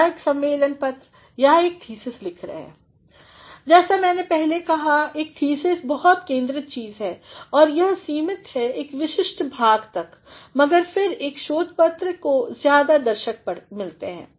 Refer Slide 3558 जैसा मैने पहले ही कहा एक थीसिस बहुत ध्यान केंद्रित चीज़ है और यह सीमित है एक विशिष्ट भाग तक मगर फिर एक शोध पत्र को ज़्यादे दर्शक मिलते हैं